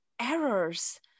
errors